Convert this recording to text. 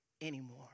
anymore